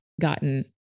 gotten